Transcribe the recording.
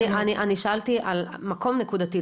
אני שאלתי על מקום נקודתי,